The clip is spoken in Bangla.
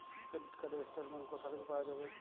ক্রেডিট কার্ড র স্টেটমেন্ট কোথা থেকে পাওয়া যাবে?